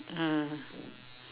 ah